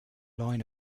line